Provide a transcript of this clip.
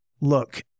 look